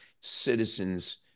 Citizens